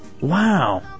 Wow